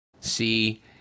see